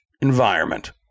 environment